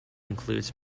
includes